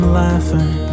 laughing